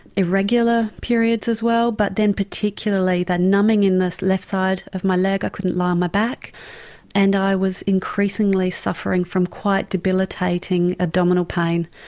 irregular periods as well but then particularly the numbing in the left side of my leg, i couldn't lie on my back and i was increasingly suffering from quite debilitating abdominal pain.